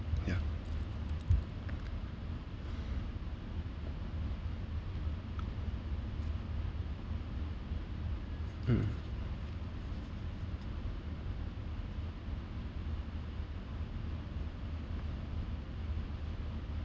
yeah mm